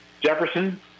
Jefferson